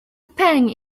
pang